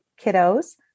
kiddos